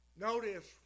notice